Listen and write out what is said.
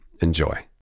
Enjoy